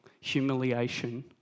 humiliation